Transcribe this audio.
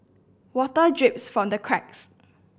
water drips from the cracks